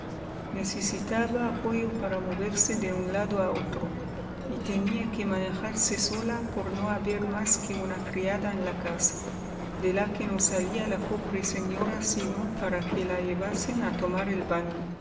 necesitaba apoyo para moverse de un lado a otro y tenía que manejarse sola por no haber más que una criada en la casa de la que no salía la pobre señora sino para que la llevasen a tomar el baño